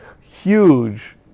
huge